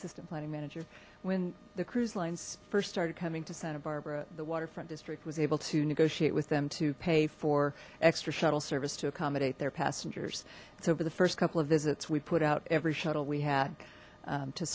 planning manager when the cruise lines first started coming to santa barbara the waterfront district was able to negotiate with them to pay for extra shuttle service to accommodate their passengers it's over the first couple of visits we put out every shuttle we had